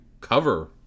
cover